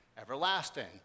everlasting